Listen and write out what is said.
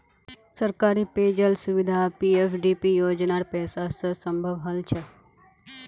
सरकारी पेय जल सुविधा पीएफडीपी योजनार पैसा स संभव हल छ